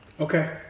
Okay